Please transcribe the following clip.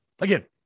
Again